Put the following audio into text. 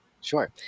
Sure